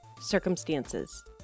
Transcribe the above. circumstances